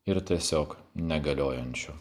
ir tiesiog negaliojančiu